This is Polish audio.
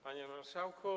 Panie Marszałku!